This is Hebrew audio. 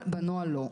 בנוהל לא.